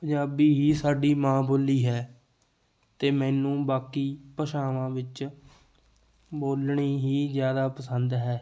ਪੰਜਾਬੀ ਹੀ ਸਾਡੀ ਮਾਂ ਬੋਲੀ ਹੈ ਅਤੇ ਮੈਨੂੰ ਬਾਕੀ ਭਾਸ਼ਾਵਾਂ ਵਿੱਚ ਬੋਲਣੀ ਹੀ ਜ਼ਿਆਦਾ ਪਸੰਦ ਹੈ